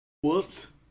Whoops